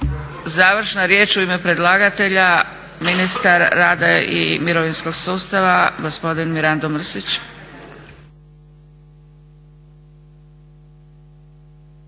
završna riječ u ime predlagatelja, ministar rada i mirovinskog sustava, gospodin Mirando Mrsić.